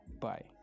Bye